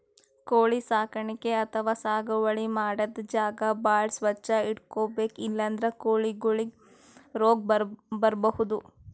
ಕೋಳಿ ಸಾಕಾಣಿಕೆ ಅಥವಾ ಸಾಗುವಳಿ ಮಾಡದ್ದ್ ಜಾಗ ಭಾಳ್ ಸ್ವಚ್ಚ್ ಇಟ್ಕೊಬೇಕ್ ಇಲ್ಲಂದ್ರ ಕೋಳಿಗೊಳಿಗ್ ರೋಗ್ ಬರ್ಬಹುದ್